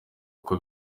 uko